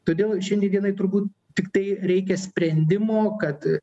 todėl šiandien dienai turbūt tiktai reikia sprendimo kad